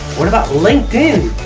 what about linkedin?